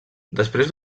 després